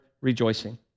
rejoicing